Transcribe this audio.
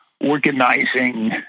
organizing